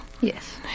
Yes